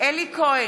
אלי כהן,